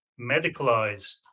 medicalized